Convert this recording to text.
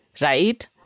Right